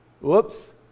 Whoops